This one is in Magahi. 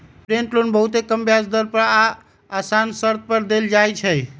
स्टूडेंट लोन बहुते कम ब्याज दर आऽ असान शरत पर देल जाइ छइ